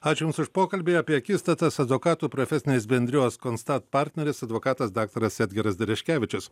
ačiū jums už pokalbį apie akistatas advokatų profesinės bendrijos konstat partneris advokatas daktaras edgaras dereškevičius